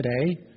today